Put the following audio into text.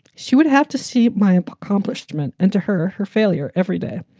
she would have to see my accomplishment. and to her, her failure every day.